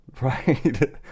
Right